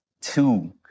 two